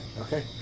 Okay